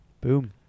Boom